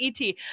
et